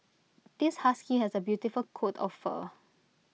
this husky has A beautiful coat of fur